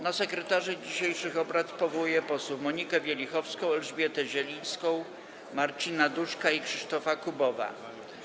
Na sekretarzy dzisiejszych obrad powołuję posłów Monikę Wielichowską, Elżbietę Zielińską, Marcina Duszka i Krzysztofa Kubowa.